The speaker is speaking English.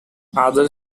other